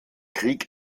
krieg